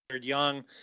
young